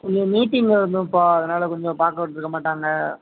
கொஞ்சம் மீட்டிங்கில் இருந்தோம்ப்பா அதனால் கொஞ்சம் பார்க்க விட்டிருக்க மாட்டாங்க